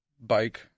bike